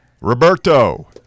Roberto